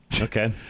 Okay